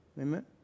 Amen